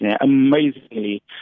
Amazingly